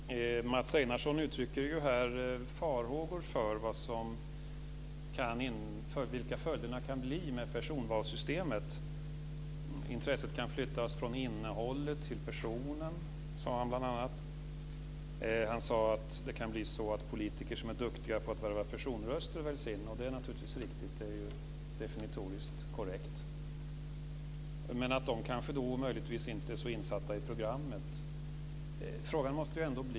Fru talman! Mats Einarsson uttrycker här farhågor för vilka följderna kan bli med personvalssystemet. Han sade bl.a. att intresset kan flyttas från innehållet till personen. Han sade att politiker som är duktiga på att värva personröster väljs in. Det är naturligtvis riktigt. Det är definitionsmässigt korrekt. Men, de politikerna kan möjligtvis inte vara så insatta i programmet.